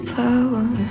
power